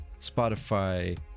Spotify